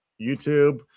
YouTube